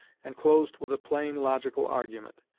and closed with a plain logical argument.